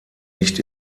nicht